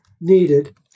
needed